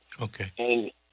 Okay